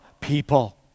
people